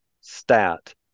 stat